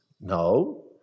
No